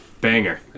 banger